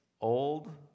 old